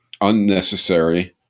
unnecessary